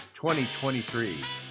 2023